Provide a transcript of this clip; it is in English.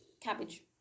cabbage